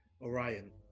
Orion